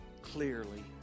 clearly